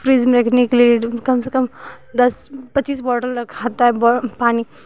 fridge में रखने के लिए ये जो कम से कम दस पच्चीस बौटल रखता है पानी